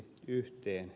arvoisa puhemies